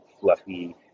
fluffy